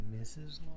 Mrs